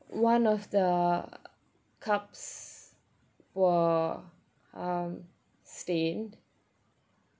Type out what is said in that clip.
one of the cups were um stained